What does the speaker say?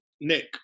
Nick